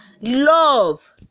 love